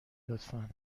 لطفا